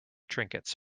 trinkets